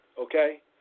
Okay